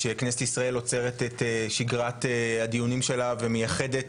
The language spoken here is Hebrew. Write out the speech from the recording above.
שכנסת ישראל עוצרת את שגרת הדיונים שלה ומייחדת